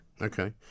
okay